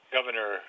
Governor